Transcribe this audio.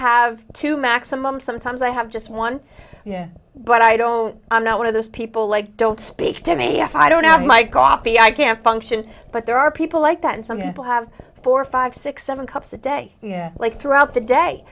have to maximum sometimes i have just one but i don't i'm not one of those people like don't speak to me if i don't have my coffee i can't function but there are people like that and some people have four five six seven cups a day like throughout the day